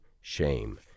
shame